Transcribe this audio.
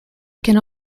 can